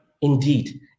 Indeed